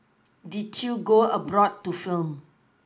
did you go abroad to film